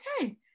okay